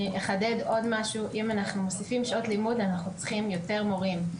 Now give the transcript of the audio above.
אם אנחנו מוסיפים שעות לימוד אנחנו צריכים יותר מורים.